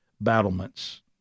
battlements